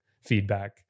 feedback